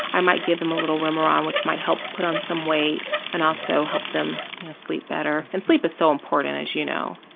i might give them a little remeron which might help put on some weight and also help them you know sleep better, and sleep is so important as you know.